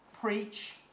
preach